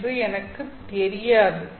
என்று எனக்குத் தெரியாது